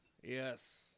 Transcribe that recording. Yes